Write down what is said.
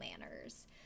manners